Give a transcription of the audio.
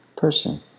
person